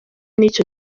n’icyo